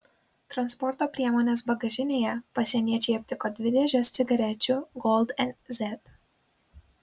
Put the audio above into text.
transporto priemonės bagažinėje pasieniečiai aptiko dvi dėžes cigarečių gold nz